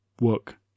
work